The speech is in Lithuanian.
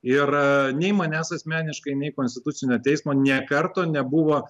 ir nei manęs asmeniškai nei konstitucinio teismo nė karto nebuvo